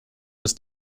ist